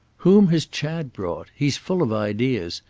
whom has chad brought? he's full of ideas.